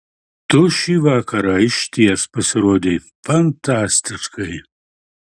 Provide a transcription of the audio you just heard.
tu šį vakarą išties pasirodei fantastiškai